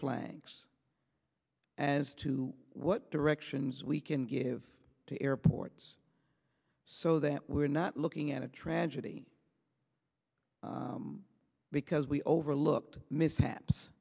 flags as to what directions we can give to airports so that we're not looking at a tragedy because we overlooked mishaps